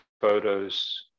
photos